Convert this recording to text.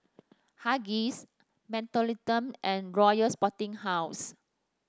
Huggies Mentholatum and Royal Sporting House